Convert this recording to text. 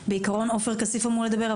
בעיקרון עופר כסיף אמור לדבר,